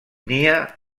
nia